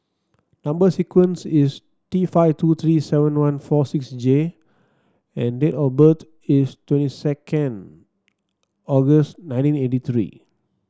number sequence is T five two three seven one four six J and date of birth is twenty second August nineteen eighty three